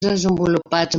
desenvolupats